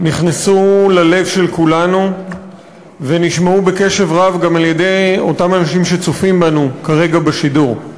ללב של כולנו ונשמעו בקשב רב גם אצל אותם אנשים שצופים בנו כרגע בשידור.